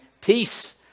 peace